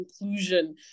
inclusion